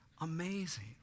amazing